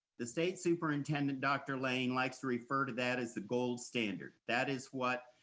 the state superintendent, dr. lane likes to refer to that as the gold standard, that is what